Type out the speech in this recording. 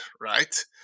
right